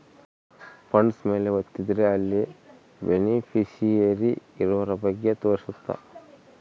funds ಮೇಲೆ ವತ್ತಿದ್ರೆ ಅಲ್ಲಿ ಬೆನಿಫಿಶಿಯರಿ ಇರೋರ ಬಗ್ಗೆ ತೋರ್ಸುತ್ತ